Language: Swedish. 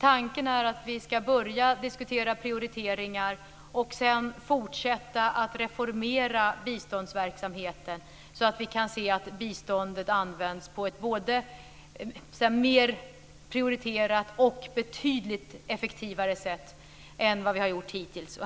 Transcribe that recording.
Tanken är att vi ska börja diskutera prioriteringar och sedan fortsätta att reformera biståndsverksamheten så att biståndet används på ett mer prioriterat och betydligt effektivare sätt än vad som har skett hittills.